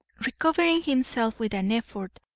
recovering himself with an effort,